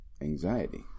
anxiety